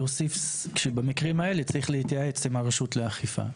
להוסיף שבמקרים האלה צריך להתייעץ עם הרשות לאכיפה?